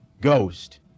Ghost